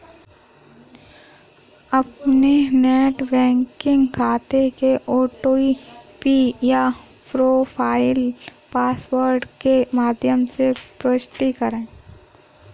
अपने net banking खाते के ओ.टी.पी या प्रोफाइल पासवर्ड के माध्यम से पुष्टि करें